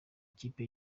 ikipe